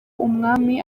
umwami